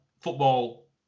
football